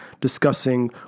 discussing